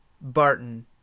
Barton